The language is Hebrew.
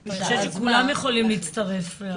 אני חושבת שכולם יכולים לעשות.